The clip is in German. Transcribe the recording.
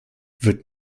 wird